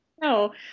No